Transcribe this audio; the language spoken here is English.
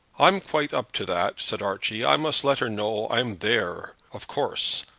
i'm quite up to that, said archie. i must let her know i'm there of course.